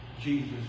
Jesus